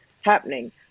happening